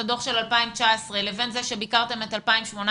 הדוח של 2019 לבין זה שביקרתם את הדוח של 2018,